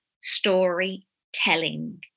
storytelling